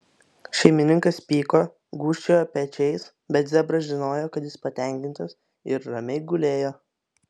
šeimininkas pyko gūžčiojo pečiais bet zebras žinojo kad jis patenkintas ir ramiai gulėjo